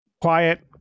quiet